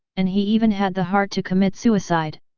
and he even had the heart to commit suicide.